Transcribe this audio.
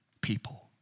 people